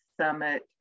summit